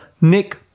Nick